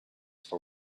for